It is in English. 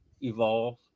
evolve